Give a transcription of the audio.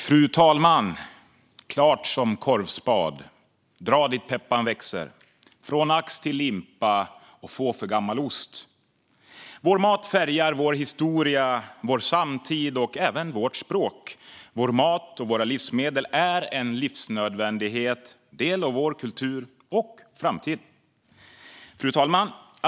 Fru talman! Klart som korvspad, dra dit pepparn växer, från ax till limpa och få igen för gammal ost - vår mat färgar vår historia, vår samtid och även vårt språk. Vår mat och våra livsmedel är en livsnödvändighet och en del av vår kultur och vår framtid. Fru talman!